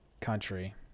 country